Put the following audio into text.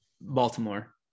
baltimore